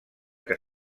que